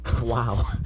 Wow